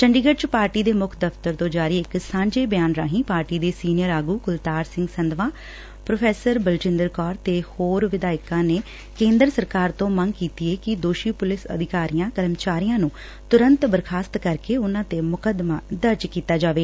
ਚੰਡੀਗੜੁ ਚ ਪਾਰਟੀ ਦੇ ਮੁੱਖ ਦਫ਼ਤਰ ਤੋਂ ਜਾਰੀ ਇਕ ਸਾਂਝੇ ਬਿਆਨ ਰਾਹੀਂ ਪਾਰਟੀ ਦੇ ਸੀਨੀਅਰ ਆਗੂ ਕੁਲਤਾਰ ਸਿੰਘ ਸੰਧਵਾਂ ਪ੍ਰੋ ਬਲਜੰਦਰ ਕੌਰ ਤੇ ਹੋਰ ਵਿਧਾਇਕਾਂ ਨੇ ਕੇਂਦਰ ਸਰਕਾਰ ਤੋਂ ਮੰਗ ਕੀਤੀ ਏ ਕਿੰ ਦੋਸ਼ੀ ਪੁਲਿਸ ਅਧਿਕਾਰੀਆਂ ਕਰਮਚਾਰੀਆਂ ਨੂੰ ਤੁਰੰਤ ਬਰਖ਼ਾਸਤ ਕਰਕੇ ਉਨੂਾਂ ਤੇ ਮੁਕੱਦਮਾ ਦਰਜ਼ ਕੀਤਾ ਜਾਏ